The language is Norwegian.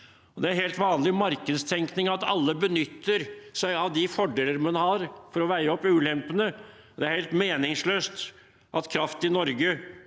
Det er helt vanlig markedstenkning at alle benytter seg av de fordeler man har, for å veie opp for ulempene. Det er helt meningsløst at kraft i Norge